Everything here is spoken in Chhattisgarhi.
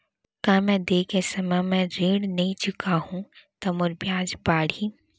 का मैं दे गए समय म ऋण नई चुकाहूँ त मोर ब्याज बाड़ही?